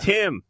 Tim